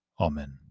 Amen